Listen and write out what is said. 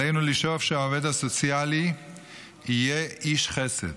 עלינו לשאוף לכך שהעובד הסוציאלי יהיה איש חסד,